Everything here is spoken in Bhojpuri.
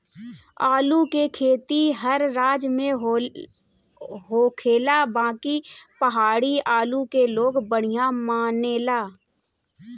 आलू के खेती हर राज में होखेला बाकि पहाड़ी आलू के लोग बढ़िया मानेला